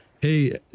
Hey